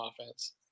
offense